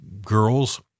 girls